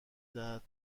دهد